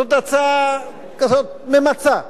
זאת הצעה כזאת ממצה,